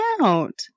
out